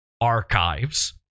Archives